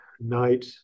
night